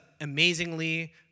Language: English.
amazingly